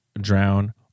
drown